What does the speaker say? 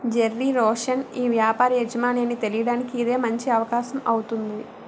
Jerry Roshan ఈ వ్యాపార యజమాని అని తెలియడానికి ఇదే మంచి అవకాశం అవుతుంది